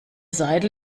seidel